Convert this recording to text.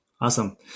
Awesome